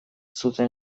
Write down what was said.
zuten